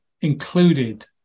included